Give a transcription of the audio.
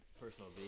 personal